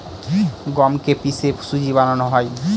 গমকে কে পিষে সুজি বানানো হয়